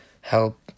help